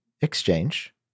exchange